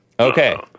Okay